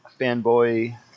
fanboy